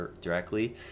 directly